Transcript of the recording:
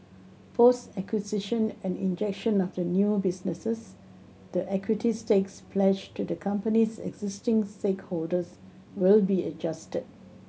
post acquisition and injection of the new businesses the equity stakes pledged to the company's existing stakeholders will be adjusted